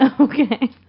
okay